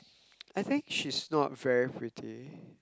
I think she's not very pretty